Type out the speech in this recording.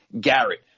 Garrett